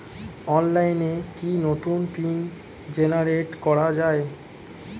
অনলাইনে কি নতুন পিন জেনারেট করা যায়?